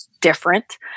different